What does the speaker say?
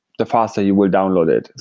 the faster you will download it.